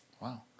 Wow